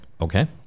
Okay